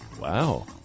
Wow